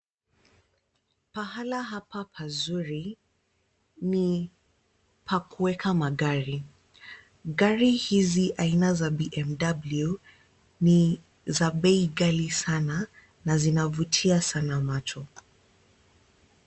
Pahala hapa pazuri ni pakuweka magari, gari hizi aina za BMW ni za bei ghali sana na zinavutia sana macho.